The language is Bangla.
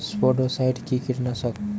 স্পোডোসাইট কি কীটনাশক?